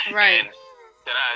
right